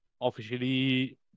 officially